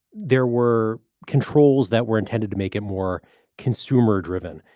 there were controls that were intended to make it more consumer driven,